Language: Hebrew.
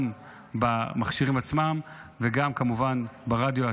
גם במכשירים עצמם וגם כמובן ברדיו,